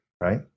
right